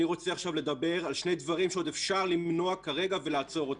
אני רוצה עכשיו לדבר על שני דברים שעוד אפשר למנוע כרגע ולעצור אותם.